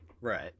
right